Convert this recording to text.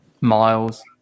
Miles